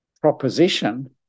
proposition